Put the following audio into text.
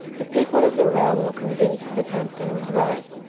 the people of the realm were convinced that hampden was right,